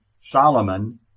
Solomon